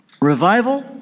Revival